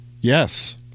Yes